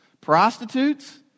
Prostitutes